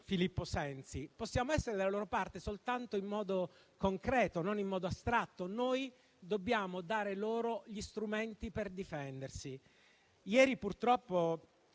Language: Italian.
Filippo Sensi: possiamo essere della loro parte soltanto in modo concreto e non in modo astratto e dobbiamo dare loro gli strumenti per difendersi. Ieri purtroppo